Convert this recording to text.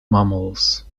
mammals